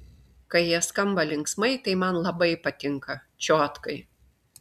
kai jie skamba linksmai tai man labai patinka čiotkai